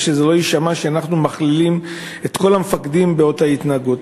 כדי שלא יישמע שאנחנו מכלילים את כל המפקדים באותה התנהגות.